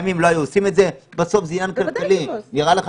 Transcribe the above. נראה לך